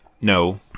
no